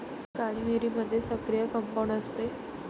काळी मिरीमध्ये सक्रिय कंपाऊंड असते